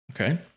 Okay